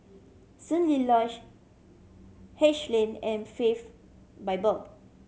Soon Lee Lodge Haig Lane and Faith Bible